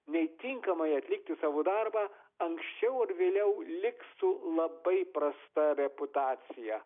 nei tinkamai atlikti savo darbą anksčiau ar vėliau liks su labai prasta reputacija